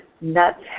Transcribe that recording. nuts